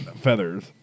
feathers